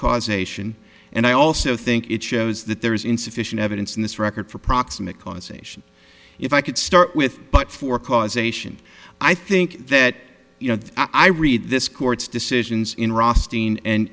causation and i also think it shows that there is insufficient evidence in this record for proximate conservation if i could start with but for causation i think that you know i read this court's decisions